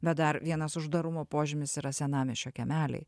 bet dar vienas uždarumo požymis yra senamiesčio kiemeliai